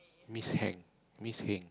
miss Hang miss Heng